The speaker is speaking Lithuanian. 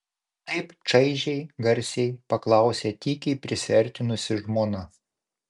taip čaižiai garsiai paklausė tykiai prisiartinusi žmona